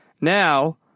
Now